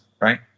right